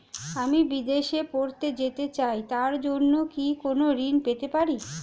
আমি বিদেশে পড়তে যেতে চাই তার জন্য কি কোন ঋণ পেতে পারি?